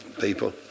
people